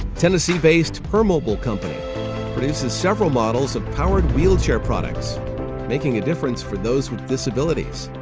tennessee based permobil company produces several models of powered wheelchair products making a difference for those with disabilities.